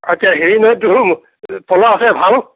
আচ্চা হেৰি নহয় তোৰ পলহ আছে ভাল